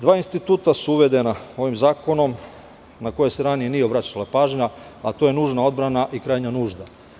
Dva instituta su uvedena ovim zakona na koje se ranije nije obraćala pažnja, a to je nužna odbrana i krajnja nužda.